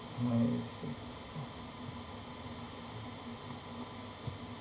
I see okay